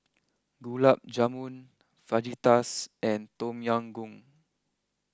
Gulab Jamun Fajitas and Tom Yum Goong